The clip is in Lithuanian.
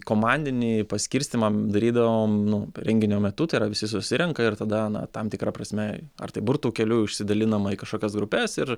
komandinį paskirstymą darydavom nu renginio metu tai yra visi susirenka ir tada na tam tikra prasme ar tai burtų keliu išsidalinama į kažkokias grupes ir